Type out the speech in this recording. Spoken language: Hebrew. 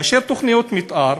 לאשר תוכניות מתאר,